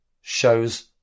shows